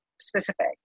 specific